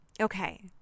Okay